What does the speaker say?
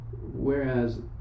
whereas